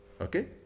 Okay